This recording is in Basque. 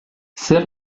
zer